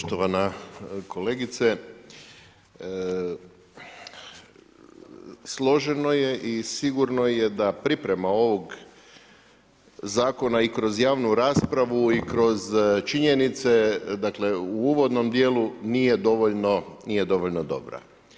Poštovana kolegice, složeno je i sigurno je da priprema ovog zakona i kroz javnu raspravu i kroz činjenice dakle u uvodnom dijelu, nije dovoljno dobra.